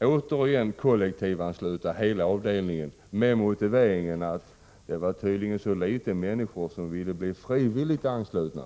återigen kollektivansluta hela avdelningen, med den motiveringen att det var så få personer som frivilligt ville bli anslutna.